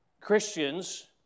Christians